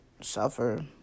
Suffer